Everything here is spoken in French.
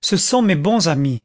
ce sont mes bons amis